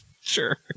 sure